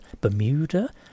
Bermuda